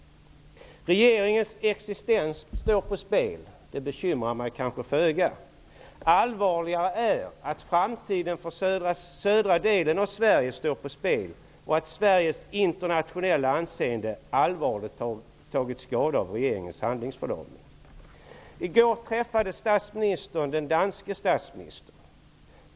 Regeringens existens står på spel -- det bekymrar mig kanske föga. Allvarligare är att framtiden för södra delen av Sverige står på spel och att Sveriges internationella anseende allvarligt har tagit skada av regeringens handlingsförlamning. I går träffade statsministern den danske statsministern.